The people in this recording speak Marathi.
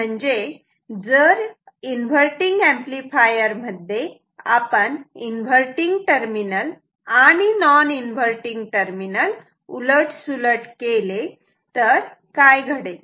म्हणजे जर इन्व्हर्टटिंग एंपलीफायर मध्ये आपण इन्व्हर्टटिंग टर्मिनल आणि नॉन इन्व्हर्टटिंग टर्मिनल उलट सुलट केले तर काय घडेल